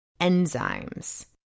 enzymes